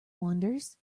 wonders